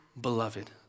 beloved